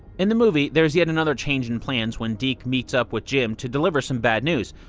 in the movie, there's yet another change in plans when deke meets up with jim to deliver some bad news.